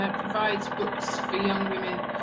ah provides books for young women